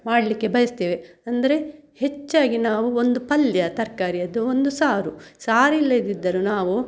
ಮಾಡಲಿಕ್ಕೆ ಬಯಸ್ತೇವೆ ಅಂದರೆ ಹೆಚ್ಚಾಗಿ ನಾವು ಒಂದು ಪಲ್ಯ ತರಕಾರಿಯದ್ದು ಒಂದು ಸಾರು ಸಾರಿಲ್ಲದಿದ್ದರು ನಾವು